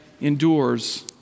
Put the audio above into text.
endures